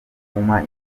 kuma